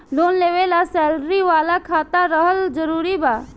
Loan लेवे ला salary वाला खाता रहल जरूरी बा?